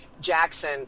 Jackson